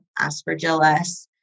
aspergillus